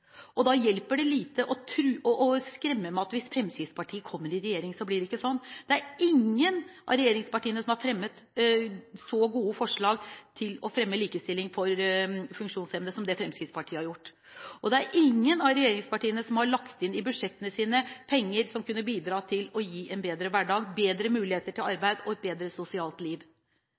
og da hjelper det lite å skremme med at hvis Fremskrittspartiet kommer i regjering, så blir det ikke sånn! Ingen av regjeringspartiene har fremmet så gode forslag til å fremme likestilling for funksjonshemmede som det Fremskrittspartiet har gjort, og ingen av regjeringspartiene har lagt inn i budsjettene sine penger som kunne bidra til å gi en bedre hverdag, bedre muligheter til arbeid og et bedre sosialt liv.